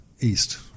east